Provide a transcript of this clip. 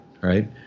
right